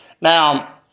Now